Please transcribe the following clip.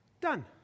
Done